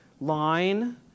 line